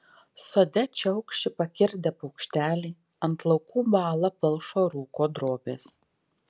sode čiaukši pakirdę paukšteliai ant laukų bąla palšo rūko drobės